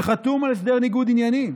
שחתום על הסדר ניגוד עניינים.